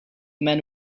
men